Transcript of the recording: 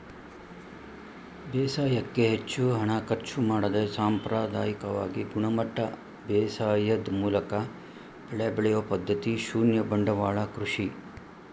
ಬೇಸಾಯಕ್ಕೆ ಹೆಚ್ಚು ಹಣ ಖರ್ಚು ಮಾಡದೆ ಸಾಂಪ್ರದಾಯಿಕವಾಗಿ ಗುಣಮಟ್ಟ ಬೇಸಾಯದ್ ಮೂಲಕ ಬೆಳೆ ಬೆಳೆಯೊ ಪದ್ಧತಿ ಶೂನ್ಯ ಬಂಡವಾಳ ಕೃಷಿ